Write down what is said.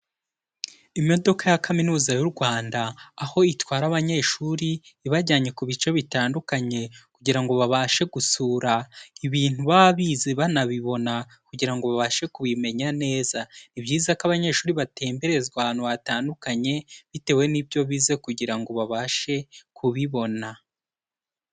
Imodoka ya Kaminuza y'u Rwanda aho itwara abanyeshuri ibajyanye ku bice bitandukanye kugira ngo babashe gusura ibintu baba bize banabibona kugira ngo babashe kubimenya neza, ni byiza ko abanyeshuri batemberezwa ahantu hatandukanye bitewe n'ibyo bize kugira ngo babashe kubibona.